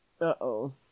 Uh-oh